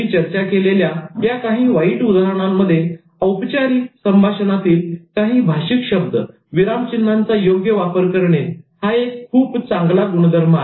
मी चर्चा केलेल्या या काही वाईट उदाहरणांमध्ये औपचारिक संभाषणातील काही भाषिक शब्द विरामचिन्हांचा योग्य वापर करणे हा एक खूप चांगला गुणधर्म आहे